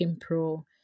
pro